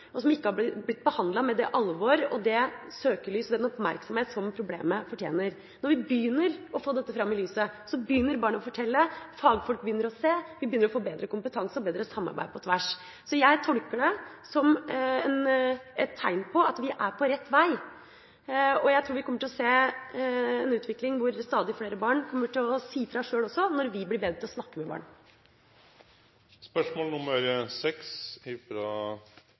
og som ikke har blitt behandlet med det alvor, det søkelys og den oppmerksomhet som problemet fortjener. Når vi begynner å få dette fram i lyset, begynner barn å fortelle, fagfolk begynner å se, og vi begynner å få bedre kompetanse og samarbeid på tvers. Jeg tolker det som et tegn på at vi er på rett vei, og jeg tror vi kommer til å se en utvikling hvor stadig flere barn sjøl kommer til å si fra også når vi blir bedre til å snakke med